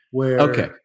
Okay